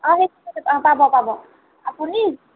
অঁ অঁ পাব পাব আপুনি